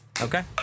Okay